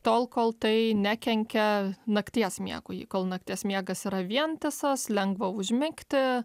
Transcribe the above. tol kol tai nekenkia nakties miegui kol nakties miegas yra vientisas lengva užmigti